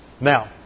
Now